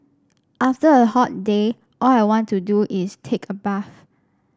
after a hot day all I want to do is take a bath